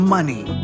Money